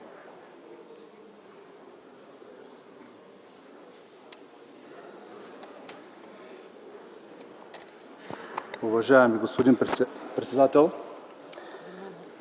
Уважаеми господин председател,